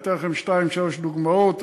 אתן לכם שתיים-שלוש דוגמאות.